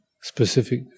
specific